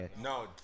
No